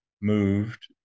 moved